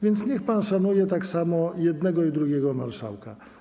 Więc niech pan szanuje tak samo jednego i drugiego marszałka.